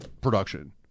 production